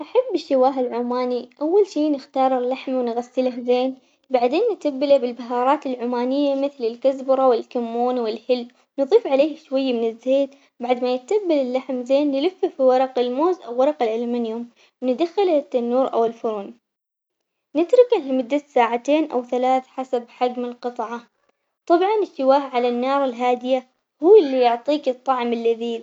أحب الشواه العماني أول شي نختار اللحم ونغسله زين بعدين نتبله بالبهارات العمانية مثل الكزبرة والكمون والهيل، نضيف عليها شوية من الزيت بعد ما يتبل اللحم زين نلفه في ورق الموز أو ورق الألمنيوم، ندخله للتنور أو الفرن نتركه لمدة ساعتين أو ثلاث حسب حجم القطعة، طبعاً الشواه على النار الهادية هو اللي يعطيك الطعم اللذيذ.